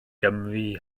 gymru